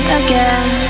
again